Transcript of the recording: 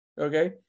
Okay